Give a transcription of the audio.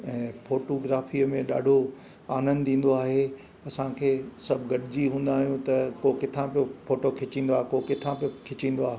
ऐं फोटूग्राफीअ में ॾाढो आनंदु ईंदो आहे असांखे सभु गॾिजी हूंदा आहियूं त को किथा बि फोटो खिचींदो आहे को किथा बि खिचींदो आहे